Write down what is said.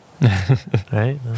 Right